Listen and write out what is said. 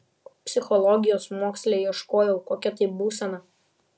psichologijos moksle ieškojau kokia ta būsena